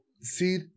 See